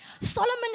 solomon